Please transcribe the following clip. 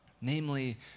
namely